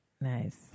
nice